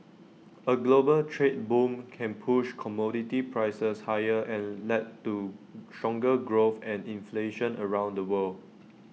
A global trade boom can push commodity prices higher and led to stronger growth and inflation around the world